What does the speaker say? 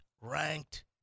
ranked